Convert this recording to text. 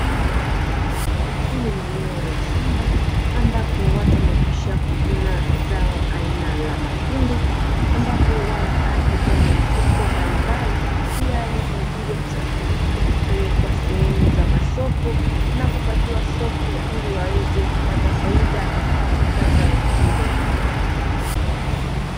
Eneo hili ni eneo la shamba, ambapo watu wamekwisha kuvuna zao aina la mahindi, ambapo wanapaki kwenye mifuko mbalimbali tayari kwa ajili ya kusafirishwa kupelekwa sehemu za masoko na kupatiwa soko ili waweze kupata faida katika zao hilo.